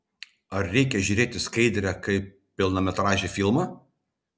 ar reikia žiūrėti skaidrę kaip pilnametražį filmą